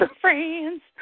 friends